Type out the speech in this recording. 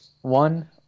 one